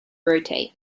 rotate